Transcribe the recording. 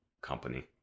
company